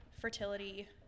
fertility